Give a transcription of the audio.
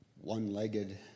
one-legged